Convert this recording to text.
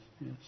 yes